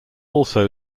also